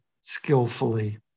skillfully